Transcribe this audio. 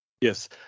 Yes